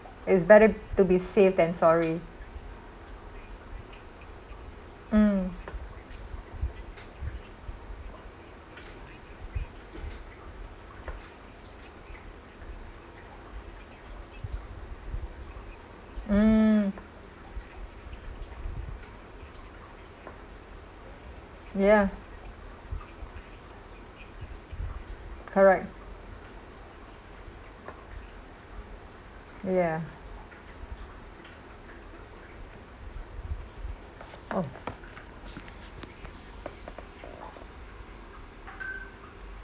it's better to be safe than sorry mm mm yeah correct yeah oh